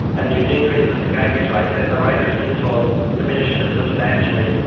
and you decrease the scabies rate then the rate of skin sores diminishes substantially.